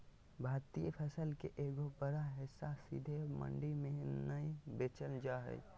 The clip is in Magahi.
भारतीय फसल के एगो बड़ा हिस्सा सीधे मंडी में नय बेचल जा हय